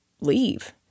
leave